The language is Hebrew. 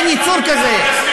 אין יצור כזה.